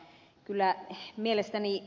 mutta kyllä mielestäni